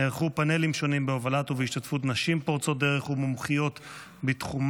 נערכו פאנלים שונים בהובלת ובהשתתפות נשים פורצות דרך ומומחיות בתחומן,